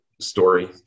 story